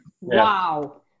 Wow